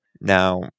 Now